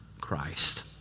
Christ